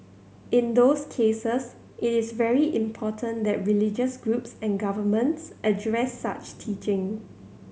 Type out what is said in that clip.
in those cases it is very important that religious groups and governments address such teaching